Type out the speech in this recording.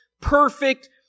perfect